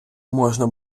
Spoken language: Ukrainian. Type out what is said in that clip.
можна